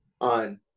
on